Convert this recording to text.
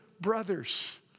brothers